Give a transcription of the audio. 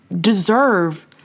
deserve